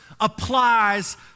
applies